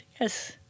yes